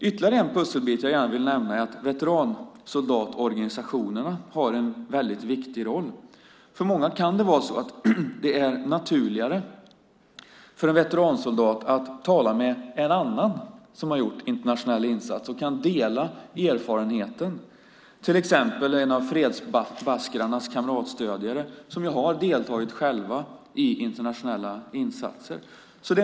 Ytterligare en pusselbit jag gärna vill nämna är veteransoldatorganisationerna, som har en väldigt viktig roll. Det kan vara naturligare för en veteransoldat att tala med en annan som gjort internationell insats och kan dela erfarenheten. Till exempel finns Fredsbaskrarnas kamratstödjare, som själva har deltagit i internationella insatser.